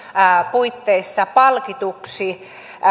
puitteissa palkituksi